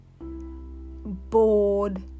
bored